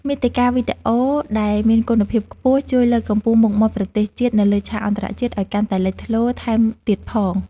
មាតិកាវីដេអូដែលមានគុណភាពខ្ពស់ជួយលើកកម្ពស់មុខមាត់ប្រទេសជាតិនៅលើឆាកអន្តរជាតិឱ្យកាន់តែលេចធ្លោថែមទៀតផង។